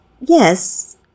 Yes